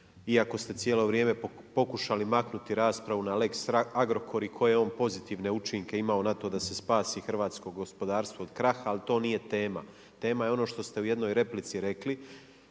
iako ste cijelo vrijeme pokušali maknuti raspravu na lex Agrokor i koje on pozitivne učinke ima u na to da se spasi hrvatsko gospodarstvo od kraha, ali to nije tema. Tema je ono što ste vi u jednoj replici rekli.